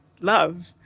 love